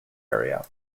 area